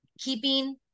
keeping